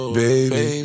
baby